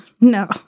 No